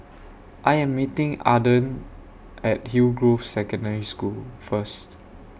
I Am meeting Adron At Hillgrove Secondary School First